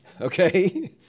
okay